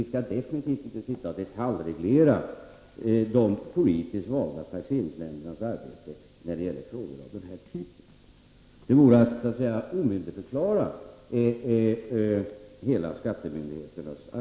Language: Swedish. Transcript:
Vi skall definitivt inte detaljreglera de politiskt valda taxeringsnämndernas arbete i frågor av den här typen. Det vore att omyndigförklara skattemyndigheterna.